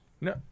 No